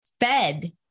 Fed